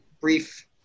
brief